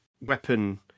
weapon